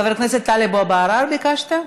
חבר הכנסת טלב אבו עראר, ביקשת?